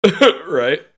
right